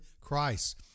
Christ